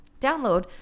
download